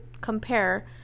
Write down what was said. compare